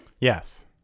Yes